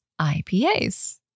IPAs